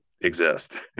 exist